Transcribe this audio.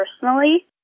personally